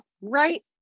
right